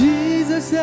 Jesus